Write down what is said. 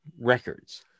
records